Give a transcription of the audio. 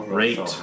Great